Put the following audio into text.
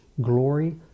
glory